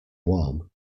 warm